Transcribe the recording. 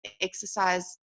exercise